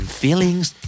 feelings